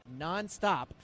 nonstop